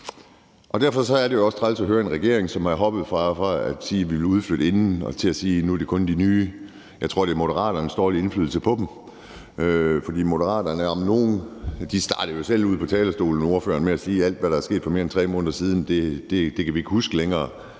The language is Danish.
Derfor er det jo også træls at høre en regering, som er hoppet fra at sige, at de vil udflytte, til at sige, at det kun er de nye. Jeg tror, det er Moderaternes dårlige indflydelse på dem. Ordføreren startede jo selv ud på talerstolen med at sige, at alt, hvad der er sket for mere end 3 måneder siden, kan vi ikke huske længere.